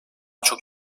çok